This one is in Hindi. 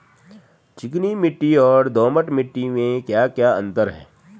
चिकनी मिट्टी और दोमट मिट्टी में क्या क्या अंतर है?